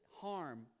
harm